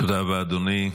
תודה רבה אדוני.